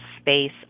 space